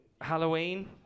Halloween